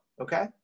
okay